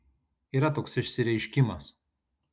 yra toks išsireiškimas